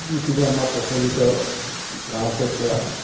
যিখিনি আমাৰ প্ৰচলিত গাঁৱতে পোৱা